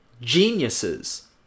geniuses